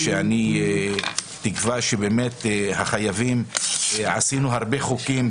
בעניין החייבים עשינו הרבה חוקים,